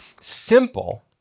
simple